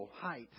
height